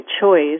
choice